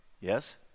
yes